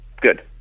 good